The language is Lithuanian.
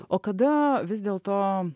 o kada vis dėlto